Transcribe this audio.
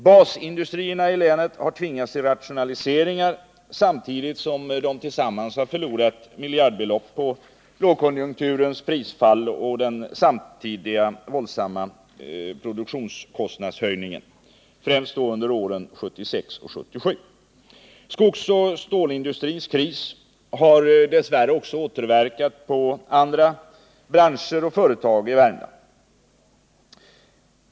Basindustrierna i länet har tvingats till rationaliseringar, samtidigt som de tillsammans förlorat miljardbelopp på lågkonjunkturens prisfall och den samtidiga våldsamma produktionskostnadshöjningen främst under åren 1976-1977. Skogsoch stålindustrins kris har dess värre också återverkat på andra branscher och företag i Värmland.